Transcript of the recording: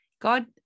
God